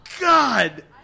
God